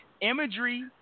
Imagery